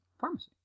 pharmacy